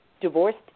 divorced